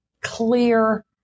clear